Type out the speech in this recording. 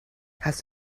hast